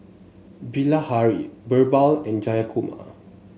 Bilahari BirbaL and Jayakumar